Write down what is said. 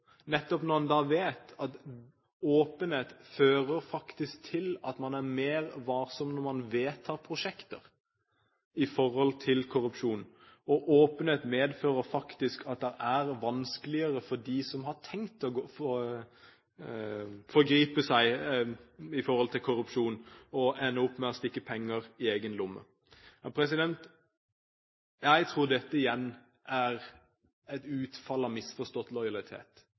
nettopp når en vet at åpenhet faktisk fører til at man er mer varsom med tanke på korrupsjon når man vedtar prosjekter. Åpenhet medfører at det er vanskeligere for dem som har tenkt å forgripe seg i forhold til korrupsjon, å ende opp med å stikke penger i egen lomme. Jeg tror dette igjen er et utfall av misforstått lojalitet